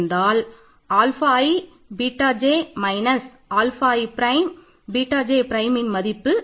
j j பிரைம்மாக மதிப்பு 0